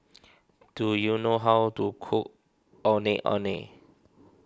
do you know how to cook Ondeh Ondeh